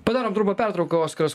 padarom trumpą pertrauką oskaras